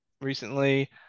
recently